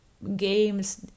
games